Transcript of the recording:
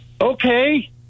Okay